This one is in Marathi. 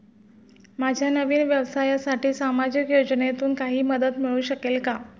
माझ्या नवीन व्यवसायासाठी सामाजिक योजनेतून काही मदत मिळू शकेल का?